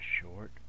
short